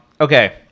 Okay